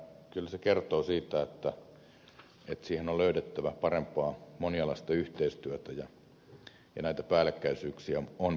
kyllä se kertoo siitä että siihen on löydettävä parempaa monialaista yhteistyötä ja näitä päällekkäisyyksiä on purettava